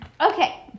Okay